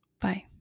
Bye